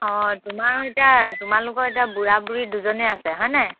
অঁ তোমাৰ এতিয়া তোমালোকৰ এতিয়া বুঢ়া বুঢ়ী দুজনেই আছে হয় নাই